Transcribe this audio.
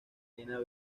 lieja